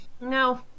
No